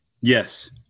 Yes